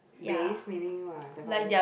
base meaning what the foundation